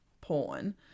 porn